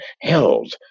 held